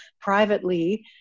privately